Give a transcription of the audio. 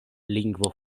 lingvo